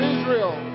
Israel